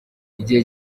igihe